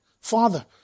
Father